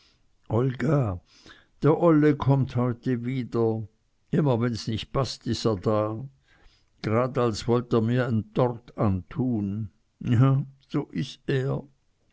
olga der olle kommt heute wieder immer wenn's nich paßt is er da grad als wollt er mir ein'n tort antun ja so is er